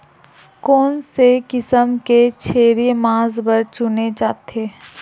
कोन से किसम के छेरी मांस बार चुने जाथे?